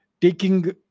taking